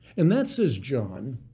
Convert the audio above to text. and that, says john,